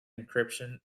encryption